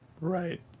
right